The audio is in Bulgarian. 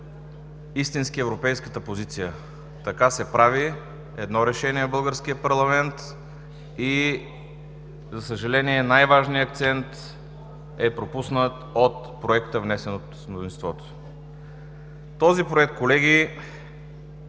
истински европейската позиция. Така се прави едно решение в българския парламент и, за съжаление, най-важният акцент е пропуснат от проекта, внесен от мнозинството. Колеги,